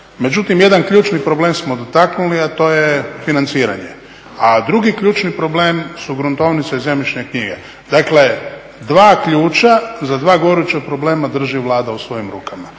Međutim, jedan ključni problem smo dotaknuli, a to je financiranje, a drugi ključni problem su gruntovnice i zemljišne knjige. Dakle, dva ključa za dva goruća problema drži Vlada u svojim rukama.